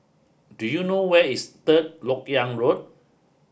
do you know where is Third Lok Yang Road